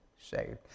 saved